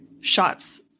shots